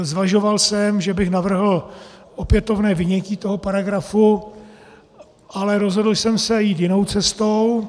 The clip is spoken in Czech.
Zvažoval jsem, že bych navrhl opětovné vynětí toho paragrafu, ale rozhodl jsem se jít jinou cestou.